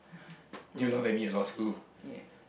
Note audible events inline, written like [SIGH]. [LAUGHS] lol yeah